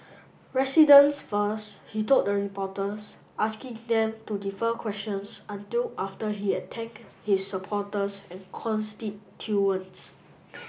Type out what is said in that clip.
residents first he told the reporters asking them to defer questions until after he had thanked his supporters and constituents